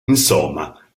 insomma